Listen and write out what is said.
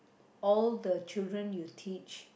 all the children you teach